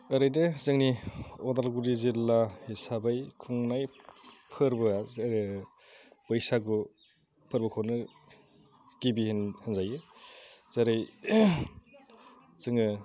ओरैनो जोंनि उदालगुरि जिल्ला हिसाबै खुंनाय फोरबो जेरै बैसागु फोरबोखौनो गिबि बुंजायो जेरै जोङो